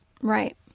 right